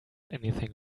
anything